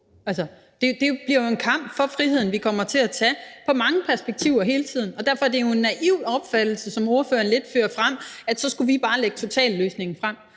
Det bliver en kamp for friheden, vi kommer til at tage ud fra mange perspektiver hele tiden. Derfor er det jo en naiv opfattelse, som ordføreren lidt fører frem, nemlig at vi så bare skulle lægge totalløsningen frem.